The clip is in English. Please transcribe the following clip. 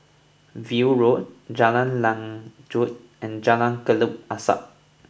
View Road Jalan Lanjut and Jalan Kelabu Asap